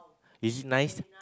is it nice